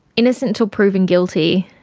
innocent until proven guilty